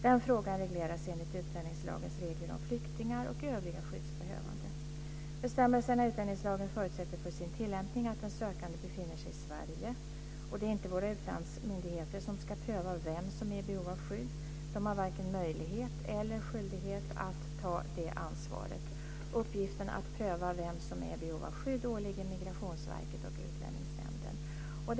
Den frågan regleras enligt utlänningslagens regler om flyktingar och övriga skyddsbehövande. Bestämmelserna i utlänningslagen förutsätter för sin tillämpning att den sökande befinner sig i Sverige. Det är inte våra utlandsmyndigheter som ska pröva vem som är i behov av skydd; de har varken möjlighet eller skyldighet att ta det ansvaret. Uppgiften att pröva vem som är i behov av skydd åligger Migrationsverket och Utlänningsnämnden.